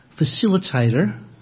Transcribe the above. facilitator